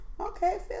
Okay